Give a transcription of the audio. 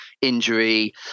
injury